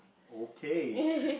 okay